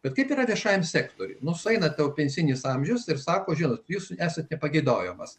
bet taip yra viešajam sektoriui nu sueina tau pensinis amžius ir sako žinot jūs esate pageidaujamas